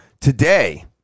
today